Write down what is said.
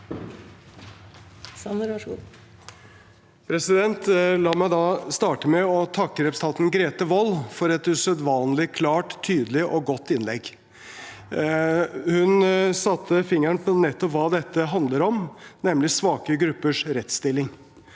La meg starte med å takke representanten Grete Wold for et usedvanlig klart, tydelig og godt innlegg. Hun satte fingeren på nettopp hva dette handler om, nemlig svake gruppers rettsstilling.